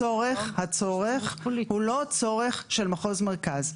הצורך הוא לא צורך של מחוז מרכז,